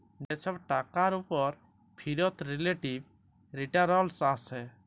যে ছব টাকার উপর ফিরত রিলেটিভ রিটারল্স আসে